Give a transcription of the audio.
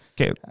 Okay